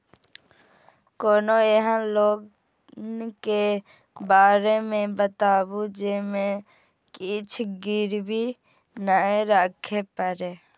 कोनो एहन लोन के बारे मे बताबु जे मे किछ गीरबी नय राखे परे?